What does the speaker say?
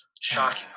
shocking